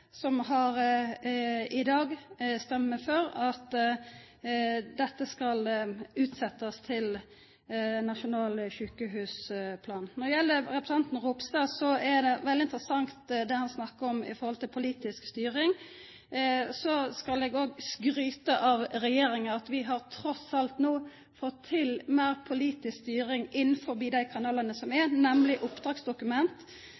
Framstegspartiet som i dag stemmer for at dette skal utsetjast til nasjonal sjukehusplan kjem. Når det gjeld representanten Ropstad, er det veldig interessant det han snakkar om i høve til politisk styring. Så skal eg òg skryta av regjeringa: Vi har trass alt no fått til meir politisk styring innanfor dei kanalane som